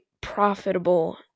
profitable